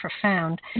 profound